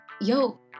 Yo